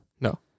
No